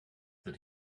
that